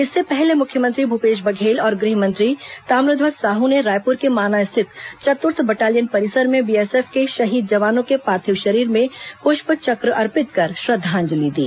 इससे पहले मुख्यमंत्री भूपेश बघेल और गृह मंत्री ताम्रध्वज साहू ने रायपुर के माना स्थित चतुर्थ बटालियन परिसर में बीएसएफ के शहीद जवानों के पार्थिव शरीर में पृष्प चक्र अर्पित कर श्रद्धांजलि दी